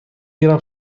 گیرم